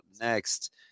next